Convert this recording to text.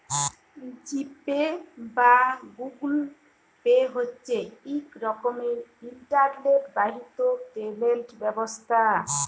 জি Pay বা Google Pay হছে ইক রকমের ইলটারলেট বাহিত পেমেল্ট ব্যবস্থা